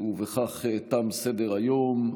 בכך תם סדר-היום.